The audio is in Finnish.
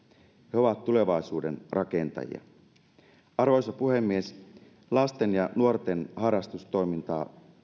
he ovat tulevaisuuden rakentajia arvoisa puhemies lasten ja nuorten harrastustoimintaan